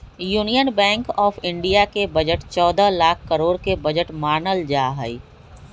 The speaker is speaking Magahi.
यूनियन बैंक आफ इन्डिया के बजट चौदह लाख करोड के बजट मानल जाहई